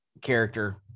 character